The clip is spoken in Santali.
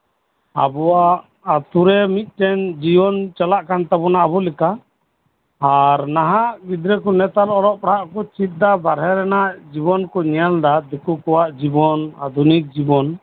ᱟᱵᱚᱣᱟᱜ ᱟᱹᱛᱩᱨᱮ ᱢᱤᱫᱴᱟᱱ ᱡᱤᱭᱚᱱ ᱪᱟᱞᱟᱜ ᱠᱟᱱ ᱛᱟᱵᱳᱱᱟ ᱟᱵᱳ ᱞᱮᱠᱟ ᱟᱨ ᱟᱨ ᱱᱟᱦᱟᱜ ᱜᱤᱫᱽᱨᱟᱹ ᱠᱚ ᱚᱞᱚᱜ ᱯᱟᱲᱦᱟᱜ ᱠᱚ ᱪᱮᱫ ᱮᱫᱟ ᱵᱟᱦᱨᱮ ᱨᱮᱱᱟᱜ ᱡᱤᱵᱚᱱ ᱧᱮᱞ ᱮᱫᱟ ᱫᱤᱠᱩ ᱠᱚᱣᱟᱜ ᱡᱤᱵᱚᱱ ᱟᱫᱷᱩᱱᱤᱠ ᱡᱤᱵᱚᱱ